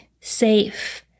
safe